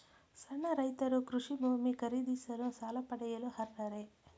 ಸಣ್ಣ ರೈತರು ಕೃಷಿ ಭೂಮಿ ಖರೀದಿಸಲು ಸಾಲ ಪಡೆಯಲು ಅರ್ಹರೇ?